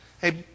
Hey